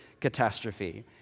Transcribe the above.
catastrophe